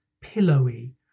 pillowy